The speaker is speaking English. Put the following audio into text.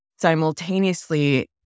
simultaneously